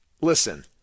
Listen